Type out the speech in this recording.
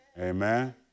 Amen